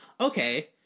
okay